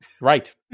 Right